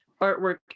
artwork